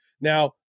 now